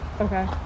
Okay